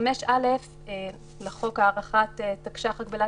סעיף 5(א) לחוק הארכת תקש"ח (הגבלת